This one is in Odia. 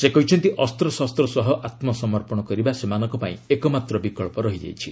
ସେ କହିଛନ୍ତି ଅସ୍ତଶସ୍ତ ସହ ଆତ୍ମସମର୍ପଣ କରିବା ସେମାନଙ୍କ ପାଇଁ ଏକମାତ୍ର ବିକଳ୍ପ ରହିଯାଇଛି